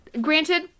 granted